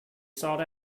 sought